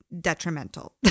detrimental